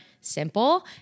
simple